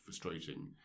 frustrating